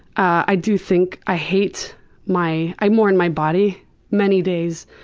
i do think i hate my, i'm more in my body many days.